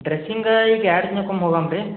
dressing ಈಗ ಎರ್ಡು ದಿನಕ್ಕೆ